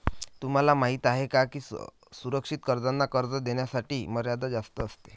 तुम्हाला माहिती आहे का की सुरक्षित कर्जांना कर्ज घेण्याची मर्यादा जास्त असते